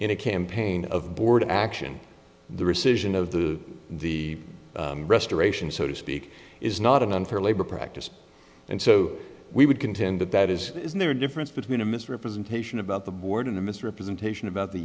in a campaign of board action the rescission of the the restoration so to speak is not an unfair labor practice and so we would contend that that is isn't there a difference between a misrepresentation about the board and a misrepresentation about the